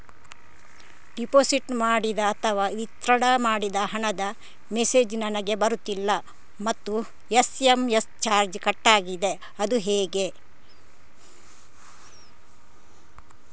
Deposit ಮಾಡಿದ ಅಥವಾ withdraw ಮಾಡಿದ ಹಣದ ಮೆಸೇಜ್ ನನಗೆ ಬರುತ್ತಿಲ್ಲ ಮತ್ತು ಎಸ್.ಎಂ.ಎಸ್ ಚಾರ್ಜ್ ಕಟ್ಟಾಗಿದೆ ಅದು ಯಾಕೆ?